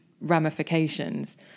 ramifications